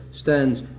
stands